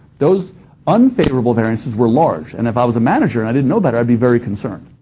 those unfavorable variances were large, and if i was a manager and i didn't know better, i'd be very concerned.